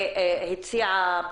והציעה